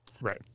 Right